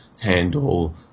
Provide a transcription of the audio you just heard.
handle